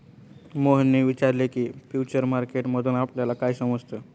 मोहनने विचारले की, फ्युचर मार्केट मधून आपल्याला काय समजतं?